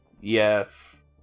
Yes